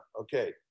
Okay